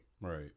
Right